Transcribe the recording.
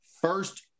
first